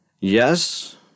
Yes